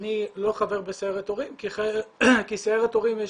אני לא חבר בסיירת הורים כי סיירת הורים יש